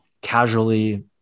casually